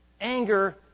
anger